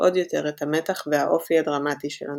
עוד יותר את המתח והאופי הדרמטי של הנוקטורן.